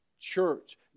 church